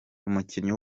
umukinnyi